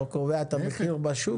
אתה קובע את המחיר בשוק?